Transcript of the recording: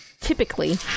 typically